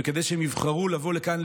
וכדי שהם יבחרו לבוא לכאן,